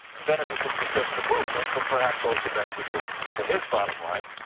beneficial to just the movement, but perhaps also beneficial to his bottom line.